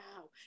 Wow